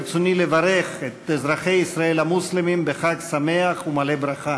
ברצוני לברך את אזרחי ישראל המוסלמים בחג שמח ומלא ברכה.